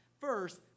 first